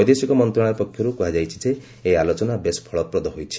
ବୈଦେଶିକ ମନ୍ତ୍ରଣାଳୟ ପକ୍ଷରୁ କୁହାଯାଇଛି ଯେ ଏହି ଆଲୋଚନା ବେଶ୍ ଫଳପ୍ରଦ ହୋଇଛି